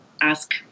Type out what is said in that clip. ask